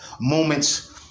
moments